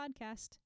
podcast